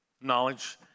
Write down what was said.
knowledge